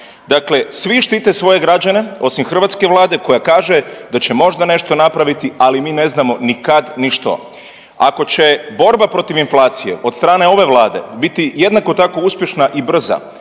Dakle, svi štite svoje građane osim hrvatske Vlade koja kaže da će možda nešto napraviti, ali mi ne znamo ni kad ni što. Ako će borba protiv inflacije od strane ove Vlade biti jednako tako uspješna i brza